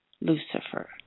Lucifer